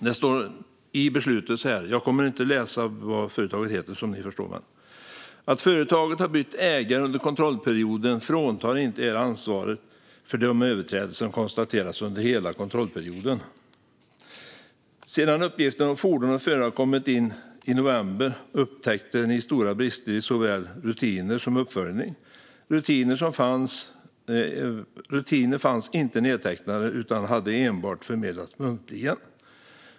Jag kommer att läsa upp delar av beslutet men inte läsa vad företaget heter, som ni förstår. Det står: Att företaget har bytt ägare under kontrollperioden fråntar inte er ansvaret för de överträdelser som konstaterats under hela kontrollperioden. Sedan uppgifterna om fordon och förare kommit in i november upptäckte ni stora brister i såväl rutiner som uppföljning. Rutiner fanns inte nedtecknade utan hade enbart förmedlats muntligen.